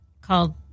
called